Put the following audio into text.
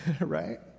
right